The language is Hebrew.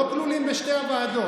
לא כלולים בשתי הוועדות,